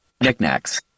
knickknacks